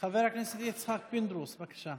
חבר הכנסת יצחק פינדרוס, בבקשה.